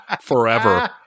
forever